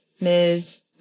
Ms